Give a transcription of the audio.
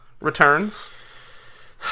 returns